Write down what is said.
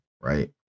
right